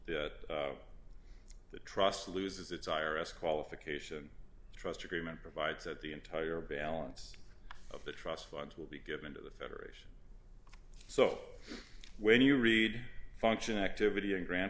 the trust loses its i r s qualification trust agreement provides that the entire balance of the trust funds will be given to the federation so when you read function activity and gran